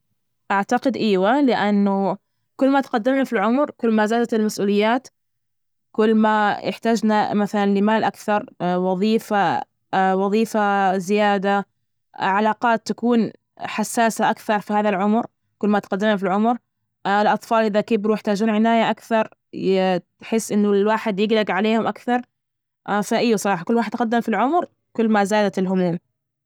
أعتقد، إيوه، لأنه كل ما تقدمنا في العمر، كل ما زادت المسؤوليات، كل ما إحتجنا مثلا لمال أكثر وظيفة- وظيفة زيادة، علاقات تكون حساسة أكثر في هذا العمر، كل ما تقدمنا في العمر، الأطفال، إذا كيف كبرو يحتاجون عناية أكثر بحيث إنه الواحد يجلج عليهم أكثر، فأيوه صراحة كل الواحد تقدم في العمر، كل ما زادت الهموم.